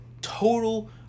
total